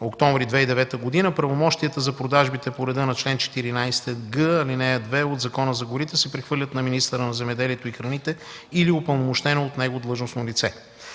октомври 2009 г., правомощията за продажбите по реда на чл. 14г, ал. 2 от Закона за горите се прехвърлят на министъра на земеделието и храните или упълномощено от него длъжностно лице.